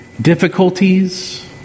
difficulties